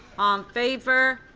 on favor?